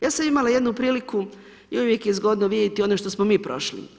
Ja sam imala jednu priliku i uvijek je zgodno vidjeti ono što smo mi prošli.